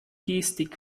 gestik